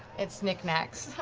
it's knickknacks.